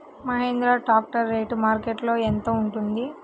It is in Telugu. మహేంద్ర ట్రాక్టర్ రేటు మార్కెట్లో యెంత ఉంటుంది?